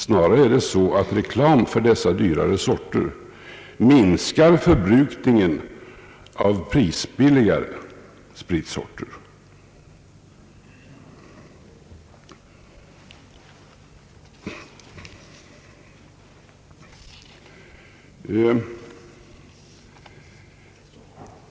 Snarare är det så att reklam för dessa dyrare sorter minskar förbrukningen av prisbilligare spritsorter.